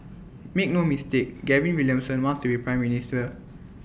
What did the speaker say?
make no mistake Gavin Williamson wants to be Prime Minister